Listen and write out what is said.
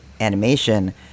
animation